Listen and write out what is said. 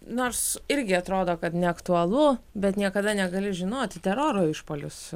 nors irgi atrodo kad neaktualu bet niekada negali žinoti teroro išpuolis